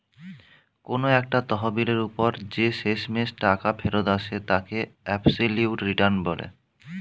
কোন একটা তহবিলের ওপর যে শেষমেষ টাকা ফেরত আসে তাকে অ্যাবসলিউট রিটার্ন বলে